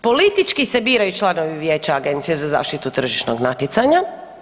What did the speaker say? Politički se biraju članovi vijeća Agencije za zaštitu tržišnog natjecanja.